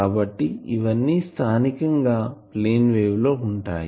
కాబట్టి ఇవన్నీ స్థానికం గా ప్లేన్ వేవ్ లో ఉంటాయి